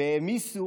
והעמיסו